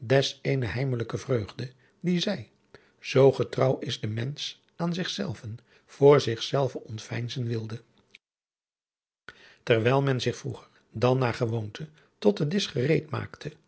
des eene heimelijke vreugde die zij zoo getrouw is de mensch aan zich zelven voor zich zelve ontveinzen wilde terwijl men zich vroeger dan naar gewoonte tot den disch gereed maakte